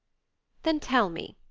then tell me,